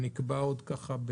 הוא נקבע, עוד ככה,